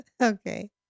Okay